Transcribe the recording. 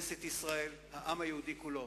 כנסת ישראל, העם היהודי כולו,